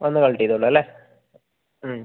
വന്ന് കലക്ട് ചെയ്തോളും അല്ലേ ഹ്മ്